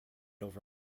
over